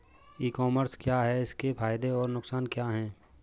ई commerce क्या है इसके फायदे और नुकसान क्या है?